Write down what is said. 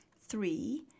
Three